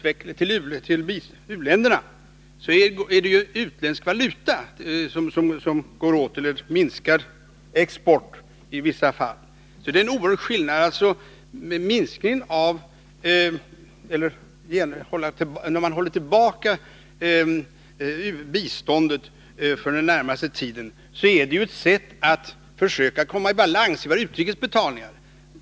I det senare fallet rör det sig ju om att det går åt utländsk valuta eller att det i vissa fall blir en minskad export. När man håller tillbaka biståndet för den närmaste tiden är det ett sätt att försöka komma i balans i våra utrikes betalningar.